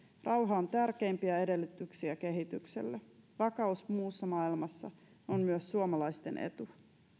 rauha on tärkeimpiä edellytyksiä kehitykselle vakaus muussa maailmassa on myös suomalaisten etu